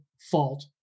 fault